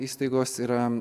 įstaigos yra